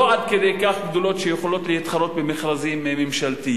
לא עד כדי כך גדולות שיכולות להתחרות במכרזים ממשלתיים.